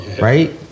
Right